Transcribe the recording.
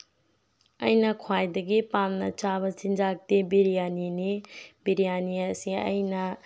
ꯑꯩꯅ ꯈ꯭ꯋꯥꯏꯗꯒꯤ ꯄꯥꯝꯅ ꯆꯥꯕ ꯆꯤꯡꯖꯥꯛꯇꯤ ꯕꯤꯔꯌꯥꯅꯤꯅꯤ ꯕꯤꯔꯌꯥꯅꯤ ꯑꯁꯤ ꯑꯩꯅ